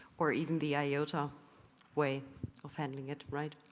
or even the iota way of handling it right.